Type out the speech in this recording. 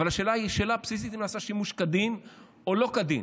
אבל השאלה היא שאלה בסיסית: האם נעשה שימוש כדין או שלא כדין?